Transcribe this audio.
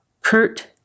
Kurt